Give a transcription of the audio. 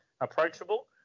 approachable